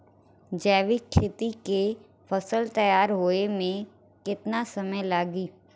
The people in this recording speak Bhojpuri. जैविक खेती के फसल तैयार होए मे केतना समय लागी?